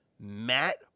Matt